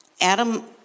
Adam